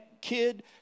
kid